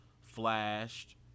flashed